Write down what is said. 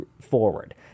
forward